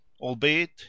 albeit